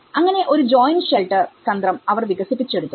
അങ്ങനെ ഒരു joint shelter തന്ത്രം അവർ വികസിച്ചെടുത്തു